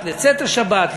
לצאת השבת,